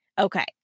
Okay